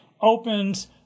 opens